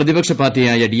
പ്രതിപക്ഷ പാർട്ടിയായ ഡി